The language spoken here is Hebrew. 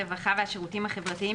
הרווחה והשירותים החברתיים,